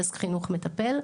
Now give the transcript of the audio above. דסק חינוך מטפל.